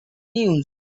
news